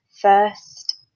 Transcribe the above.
first